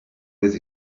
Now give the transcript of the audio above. with